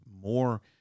more